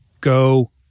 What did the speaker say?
Go